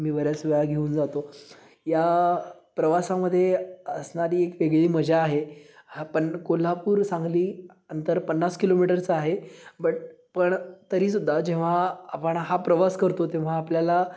मी बऱ्याच वेळा घेऊन जातो या प्रवासामध्ये असणारी एक वेगळी मजा आहे हा पण कोल्हापूर सांगली अंतर पन्नास किलोमीटरचं आहे बट पण तरी सुद्धा जेव्हा आपण हा प्रवास करतो तेव्हा आपल्याला